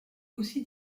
aussi